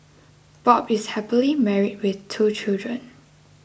Bob is happily married with two children